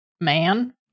man